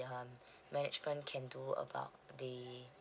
um management can do about the